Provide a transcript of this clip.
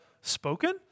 spoken